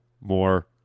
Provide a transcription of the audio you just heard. more